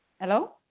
hello